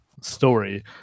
story